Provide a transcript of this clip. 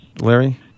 Larry